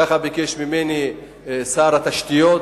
כך ביקש ממני שר התשתיות,